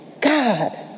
God